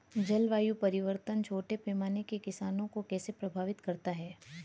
जलवायु परिवर्तन छोटे पैमाने के किसानों को कैसे प्रभावित करता है?